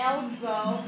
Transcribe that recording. elbow